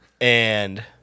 and-